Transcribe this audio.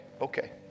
okay